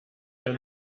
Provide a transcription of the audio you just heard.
hier